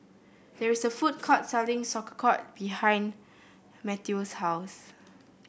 there is a food court selling Sauerkraut behind Matteo's house